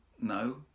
No